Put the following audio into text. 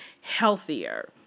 healthier